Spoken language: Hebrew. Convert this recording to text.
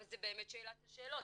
אבל זו באמת שאלת השאלות.